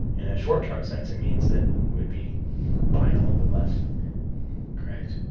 in a short-term sense, it means that we'd be buying a little bit less right.